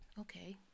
okay